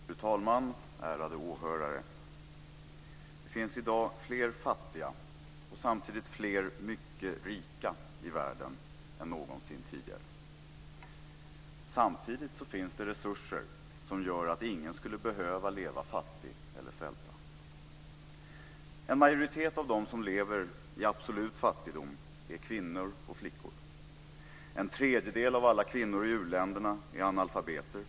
Fru talman! Ärade åhörare! Det finns i dag fler fattiga och samtidigt fler mycket rika i världen än någonsin tidigare. Samtidigt finns det resurser som gör att ingen skulle behöva att leva fattig eller svälta. En majoritet av dem som lever i absolut fattigdom är kvinnor och flickor. En tredjedel av alla kvinnor i u-länderna är analfabeter.